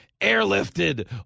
airlifted